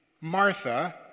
Martha